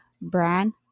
brand